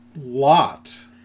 lot